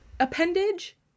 appendage